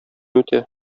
үтә